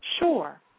Sure